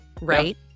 right